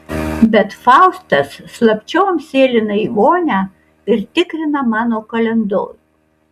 bet faustas slapčiom sėlina į vonią ir tikrina mano kalendorių